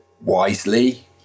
wisely